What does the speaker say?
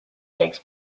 takes